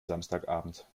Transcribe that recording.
samstagabend